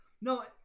No